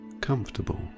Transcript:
comfortable